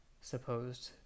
supposed